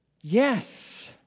Yes